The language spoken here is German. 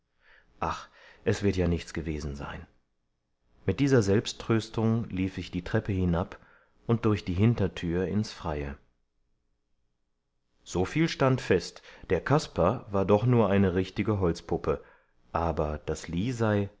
ach es wird ja nichts gewesen sein mit dieser selbsttröstung lief ich die treppe hinab und durch die hintertür ins freie soviel stand fest der kaspar war doch nur eine richtige holzpuppe aber das lisei